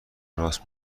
راست